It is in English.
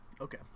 Okay